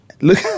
look